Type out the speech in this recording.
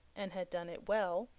and had done it well,